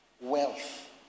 wealth